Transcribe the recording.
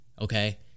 okay